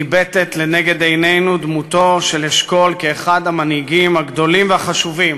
ניבטת לנגד עינינו דמותו של אשכול כאחד המנהיגים הגדולים והחשובים